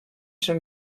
schon